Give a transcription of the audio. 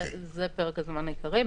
זה פרק הזמן העיקרי.